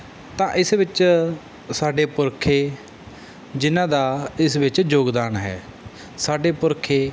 ਤਾਂ ਇਸ ਵਿੱਚ ਸਾਡੇ ਪੁਰਖੇ ਜਿਹਨਾਂ ਦਾ ਇਸ ਵਿੱਚ ਯੋਗਦਾਨ ਹੈ ਸਾਡੇ ਪੁਰਖੇ